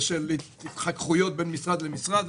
והתחככויות בין משרד למשרד.